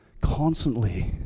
constantly